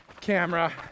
camera